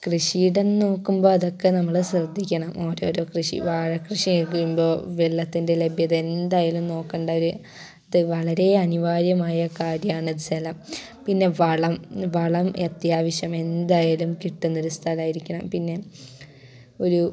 കൃഷിയിടം നോക്കുമ്പോൾ അതൊക്കെ നമ്മൾ ശ്രദ്ധിക്കണം ഓരോരോ കൃഷി വാഴ കൃഷി ചെയ്യുമ്പോൾ വെള്ളത്തിൻ്റെ ലഭ്യത എന്തായാലും നോക്കേണ്ട ഒരു അത് വളരെ അനിവാര്യമായ കാര്യമാണ് ജലം പിന്നെ വളം വളം അത്യാവശ്യം എന്തായാലും കിട്ടുന്ന ഒരു സ്ഥലമായിരിക്കണം പിന്നെ ഒരു